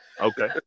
Okay